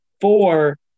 Four –